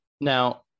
now